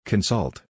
Consult